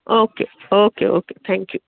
okay okay okay thank you